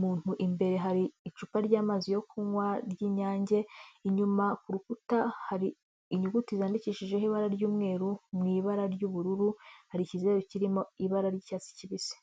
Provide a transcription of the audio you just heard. muntu imbere hari icupa ry'amazi yo kunywa ry'Inyange, inyuma ku rukuta hari inyuguti zandikishijeho ibara ry'umweru, mu ibara ry'ubururu hari ikizeru kirimo ibara ry'icyatsi kibisi.